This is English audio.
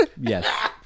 Yes